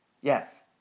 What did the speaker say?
Yes